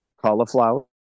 cauliflower